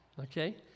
okay